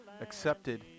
accepted